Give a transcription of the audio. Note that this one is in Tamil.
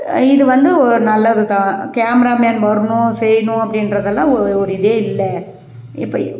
இது வந்து ஒரு நல்லதுதான் கேமராமேன் வரணும் செய்யணும் அப்படின்றதெல்லாம் ஒரு இதே இல்லை இப்போ